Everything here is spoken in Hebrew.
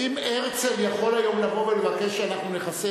האם הרצל יכול היום לבוא ולבקש שנכסה